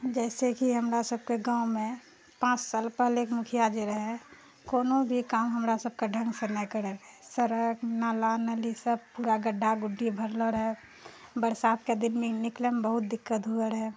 जैसे की हमरा सबके गाँवमे पाँच साल पहिनेके मुखिया जे रहै कोनो भी काम हमरा सबके ढङ्गसँ नहि करै रहै सड़क नाला नाली सब पूरा गढ्ढा गुड्ढी भरले रहै बरसातके दिनमे निकलैमे बहुत दिक्कत होइ रहै